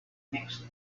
mixed